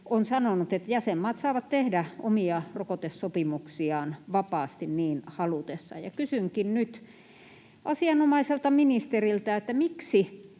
on sanonut, että jäsenmaat saavat tehdä omia rokotesopimuksiaan vapaasti niin halutessaan. Kysynkin nyt asianomaiselta ministeriltä, miksi